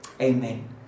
amen